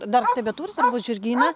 dar tebeturi turbūt žirgyną